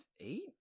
eight